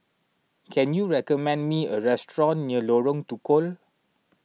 can you recommend me a restaurant near Lorong Tukol